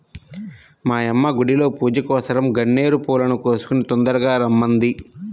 మా యమ్మ గుడిలో పూజకోసరం గన్నేరు పూలను కోసుకొని తొందరగా రమ్మంది